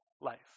life